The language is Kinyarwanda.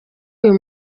uyu